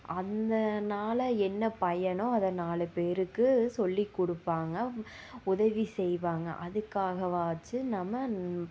அதனால என்ன பயனோ அதை நாலு பேருக்கு சொல்லிக் கொடுப்பாங்க உதவி செய்வாங்க அதுக்காகவாச்சும் நம்ம